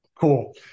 cool